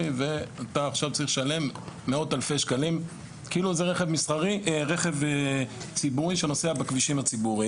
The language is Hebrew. עופר דיבר על אלון דאי ששלוש פעמים רצוף זכה באליפות אירופה.